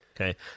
Okay